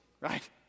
right